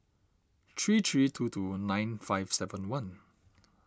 three three two two nine five seven one